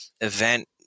event